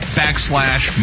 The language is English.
backslash